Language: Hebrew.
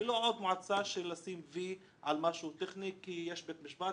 לא עוד מועצה של לשים 'וי' על משהו טכני כי יש בית משפט,